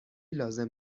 لازم